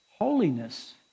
Holiness